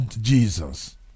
Jesus